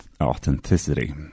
authenticity